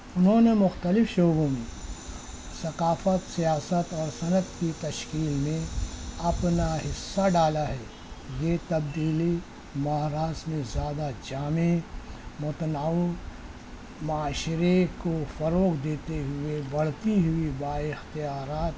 انہوں نے مختلف شعبوں میں ثقافت سیاست اور صنعت کی تشکیل میں اپنا حصہ ڈالا ہے یہ تبدیلی مہاراشٹر میں زیادہ جامع متنوع معاشرے کو فروغ دیتے ہوئے بڑھتی ہوئی با اختیارات